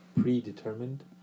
predetermined